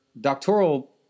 doctoral